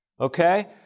okay